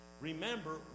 remember